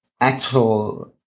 actual